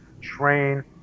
train